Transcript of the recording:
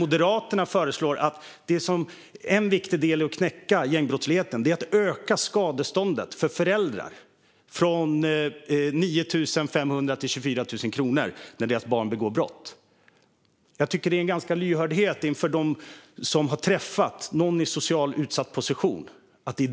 Moderaterna säger att en viktig del i att knäcka gängbrottsligheten är att öka skadeståndet för föräldrar när deras barn begår brott från 9 500 till 24 000 kronor. Det visar en brist på lyhördhet att tro att något sådant ska vända utvecklingen för någon i en socialt utsatt position.